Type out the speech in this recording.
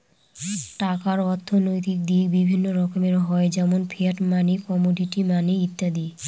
টাকার অর্থনৈতিক দিক বিভিন্ন রকমের হয় যেমন ফিয়াট মানি, কমোডিটি মানি ইত্যাদি